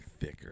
thicker